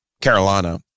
Carolina